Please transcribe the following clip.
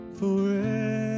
forever